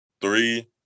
Three